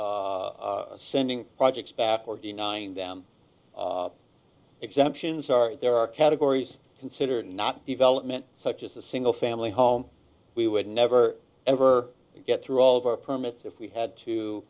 sending projects back or denying them exemptions are there are categories considered not development such as a single family home we would never ever get through all of our permits if we had to